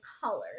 color